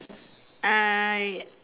uh